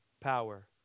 power